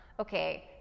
Okay